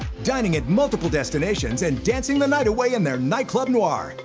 dining at multiple destinations and dancing the night away in their nightclub noir.